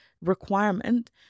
requirement